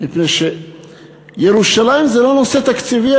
מפני שירושלים זה לא נושא תקציבי.